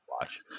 watch